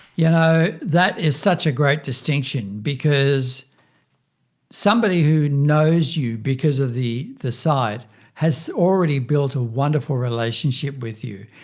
yeah that is such a great distinction because somebody who knows you because of the the site has already built a wonderful relationship with you,